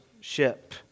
ship